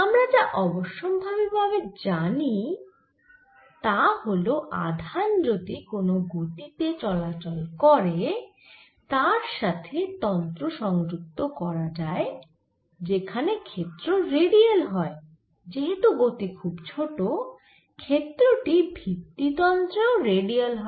আমরা যা অবশ্যম্ভাবী ভাবে জানি তাহল আধান যদি কোন গতি তে চলাচল করে তার সাথে তন্ত্র সংযুক্ত করা যায় যেখানে ক্ষেত্র রেডিয়াল হয় যেহেতু গতি খুব ছোট ক্ষেত্র টি ভিত্তি তন্ত্রেও রেডিয়াল হয়